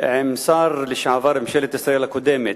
עם שר לשעבר, מממשלת ישראל הקודמת,